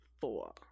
four